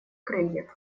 крыльев